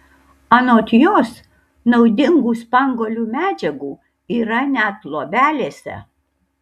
anot jos naudingų spanguolių medžiagų yra net luobelėse